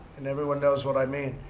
and everyone knows what i mean.